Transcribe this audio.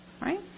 right